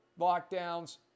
lockdowns